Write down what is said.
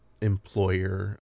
employer